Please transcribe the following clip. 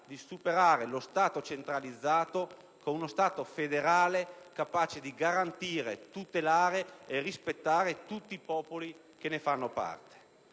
di superare lo Stato centralizzato con uno Stato federale, capace di garantire, tutelare e rispettare tutti i popoli che ne fanno parte.